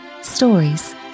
stories